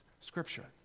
Scripture